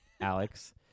Alex